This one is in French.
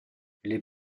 les